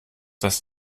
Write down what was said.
das